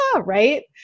right